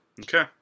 Okay